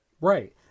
Right